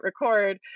record